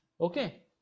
Okay